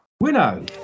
Winnow